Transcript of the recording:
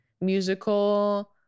musical